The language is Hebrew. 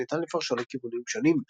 שניתן לפרשו לכיוונים שונים.